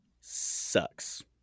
sucks